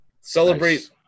celebrate